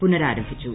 പുനഃരാരംഭിച്ചു